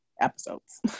episodes